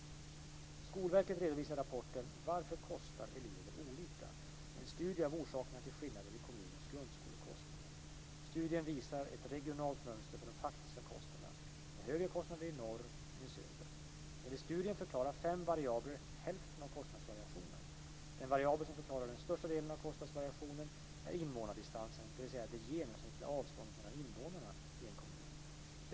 Skolverket redovisar i rapporten Varför kostar elever olika? en studie av orsakerna till skillnaderna i kommuners grundskolekostnader. Studien visar ett regionalt mönster för de faktiska kostnaderna, med högre kostnader i norr än i söder. Enligt studien förklarar fem variabler hälften av kostnadsvariationen. Den variabel som förklarar den största delen av kostnadsvariationen är invånardistansen, dvs. det genomsnittliga avståndet mellan invånarna i en kommun.